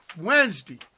Wednesday